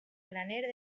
graner